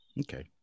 Okay